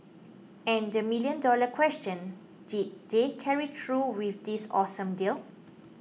and the million dollar question did they carry through with this awesome deal